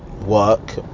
work